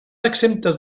exemptes